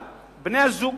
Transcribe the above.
1. בני-הזוג